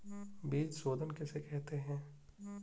बीज शोधन किसे कहते हैं?